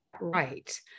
right